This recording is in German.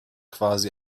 quasi